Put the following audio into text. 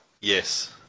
Yes